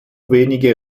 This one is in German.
wenige